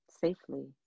safely